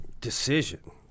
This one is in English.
decision